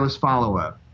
follow-up